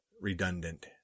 redundant